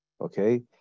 Okay